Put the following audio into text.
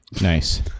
Nice